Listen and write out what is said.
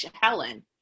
Helen